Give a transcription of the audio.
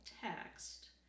text